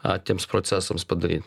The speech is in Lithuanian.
a tiems procesams padaryt